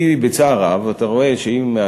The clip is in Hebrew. כי בצער רב אתה רואה שאם,